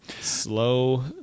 Slow